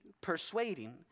persuading